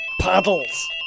Paddles